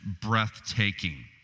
breathtaking